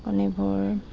কণীবোৰ